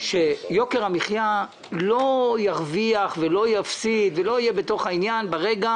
שיוקר המחיה לא ירוויח ולא יפסיד ולא יהיה בתוך העניין ברגע